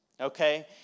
okay